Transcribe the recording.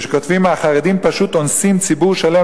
כשכותבים: "החרדים פשוט אונסים ציבור שלם